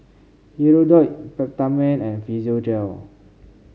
Hirudoid Peptamen and Physiogel